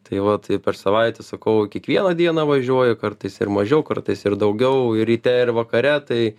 tai vat tai per savaitę sakau kiekvieną dieną važiuoju kartais ir mažiau kartais ir daugiau ir ryte ir vakare tai